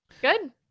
Good